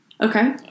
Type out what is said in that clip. Okay